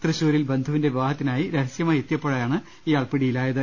തൃശൂരിൽ ബന്ധുവിന്റെ വിവാഹത്തി നായി രഹസ്യമായി എത്തിയപ്പോഴാണ് ഇയാൾ പിടിയിലായ ത്